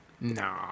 Nah